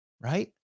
right